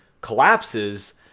collapses